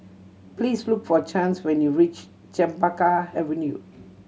please look for Chance when you reach Chempaka Avenue